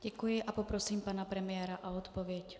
Děkuji a poprosím pana premiéra o odpověď.